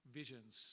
visions